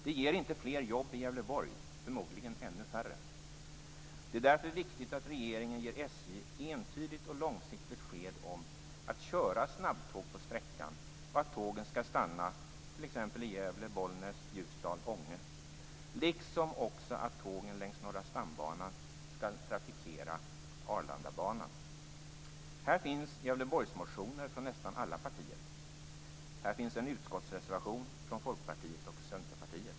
Det ger inte fler jobb i Gävleborg, förmodligen ännu färre. Det är därför viktigt att regeringen ger SJ entydigt och långsiktigt besked om att köra snabbtåg på sträckan och att tågen skall stanna t.ex. i Gävle, Bollnäs, Ljusdal och Ånge, liksom också att tågen längs Norra stambanan skall trafikera Arlandabanan. Här finns Gävleborgsmotioner från nästan alla partier. Här finns en utskottsreservation från Folkpartiet och Centerpartiet.